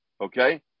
okay